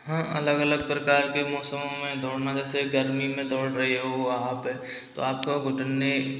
हाँ अलग अलग प्रकार के मौसमों में दौड़ना जैसे गर्मी में दौड़ रहे हो वहाँ पर आपको घुटने